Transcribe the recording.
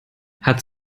hat